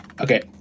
Okay